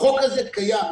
החוק הזה קיים.